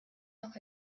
noch